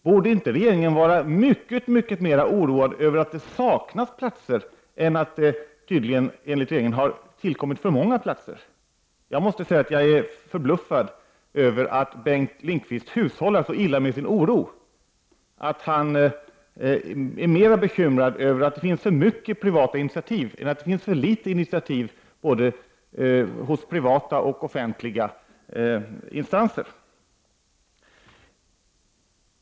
Borde inte regeringen vara mycket mera oroad över att det saknas platser än att det tydligen, enligt regeringen, har tillkommit för många platser? Jag måste säga att jag är förbluffad över att Bengt Lindqvist hushållar så illa med sin oro att han är mer bekymrad över att det finns för mycket privata initiativ än över att det finns för litet initiativ både hos privata och offentliga instanser.